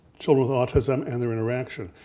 children with autism and their interaction.